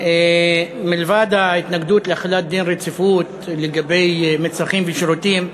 מלבד ההתנגדות להחלת דין רציפות לגבי מצרכים ושירותים,